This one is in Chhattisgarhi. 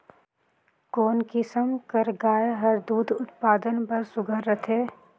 कोन किसम कर गाय हर दूध उत्पादन बर सुघ्घर रथे?